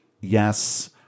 yes